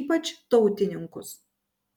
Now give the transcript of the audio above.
ypač tautininkus